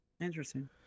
Interesting